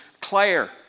Claire